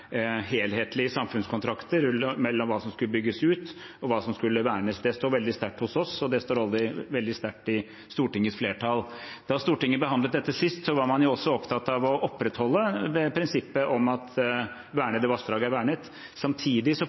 helhetlige samfunnskontrakter mellom hva som skulle bygges ut, og hva som skulle vernes. Det står veldig sterkt hos oss, og det står veldig sterkt i Stortingets flertall. Da Stortinget behandlet dette sist, var man også opptatt av å opprettholde prinsippet om at vernede vassdrag er vernet. Samtidig